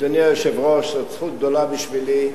אדוני היושב-ראש, זאת זכות גדולה בשבילי.